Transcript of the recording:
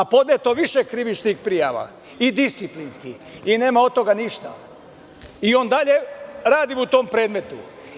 Podneto je više krivičnih prijava i disciplinskih i nema od toga ništa i on dalje radi u tom predmetu.